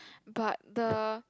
but the